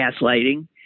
gaslighting